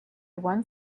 one